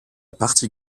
partie